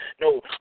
No